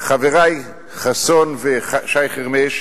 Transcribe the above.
חברי חסון ושי חרמש,